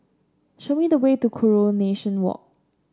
show me the way to Coronation Walk